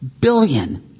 billion